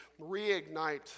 reignite